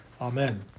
Amen